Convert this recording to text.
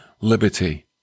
liberty